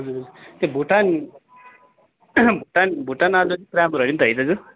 हजुर त्यो भुटान भुटान भुटान आलु चाहिँ राम्रो अरे नि है दाजु